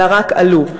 אלא רק עלו.